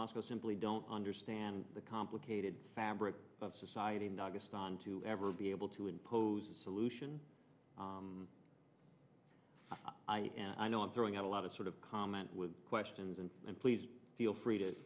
moscow simply don't understand the complicated fabric of society not just on to ever be able to impose a solution i know i'm throwing out a lot of sort of comment with questions and please feel free to